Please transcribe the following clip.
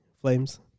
flames